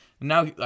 now